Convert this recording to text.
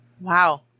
Wow